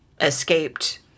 escaped